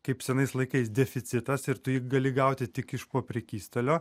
kaip senais laikais deficitas ir tu jį gali gauti tik iš po prekystalio